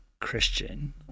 Christian